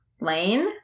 lane